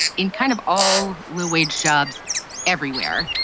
in kind of all low-wage jobs everywhere,